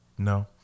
No